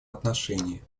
отношении